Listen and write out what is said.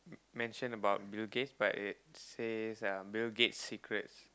mentioned about Bill-Gates but it says uh Bill-Gates' secrets